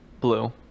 Blue